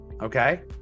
okay